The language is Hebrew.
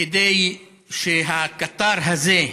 כדי שהקטר הזה,